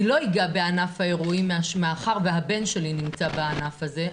אני לא אגע בענף האירועים מאחר שהבן שלי נמצא בענף הזה,